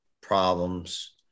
problems